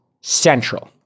central